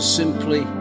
simply